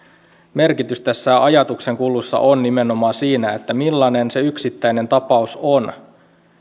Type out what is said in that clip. merkitys tässä ajatuksenkulussa on nimenomaan siinä millainen se yksittäinen tapaus on